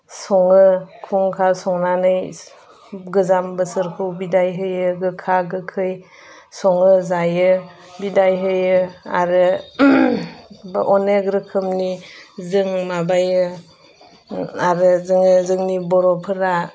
सङो खुंखा संनानै गोजाम बोसोरखौ बिदाय होयो गोखा गोखै सङो जायो बिदाय होयो आरो बा अनेक रोखोमनि जों माबायो आरो जोङो जोंनि बर'फोरा